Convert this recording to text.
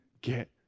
get